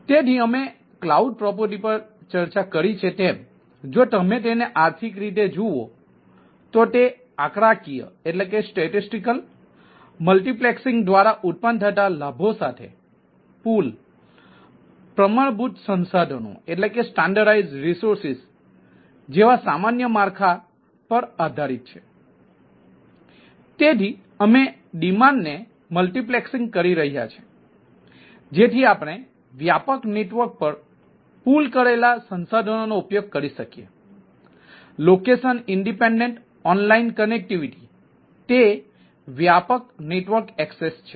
તેથી અમે cloud property પર ચર્ચા કરી છે તેમ જો તમે તેને આર્થિક રીતે જુઓ તો તે આંકડાકીય તે વ્યાપક નેટવર્ક એક્સેસ છે